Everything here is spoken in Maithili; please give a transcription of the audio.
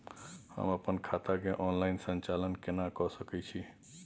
हम अपन खाता के ऑनलाइन संचालन केना के सकै छी?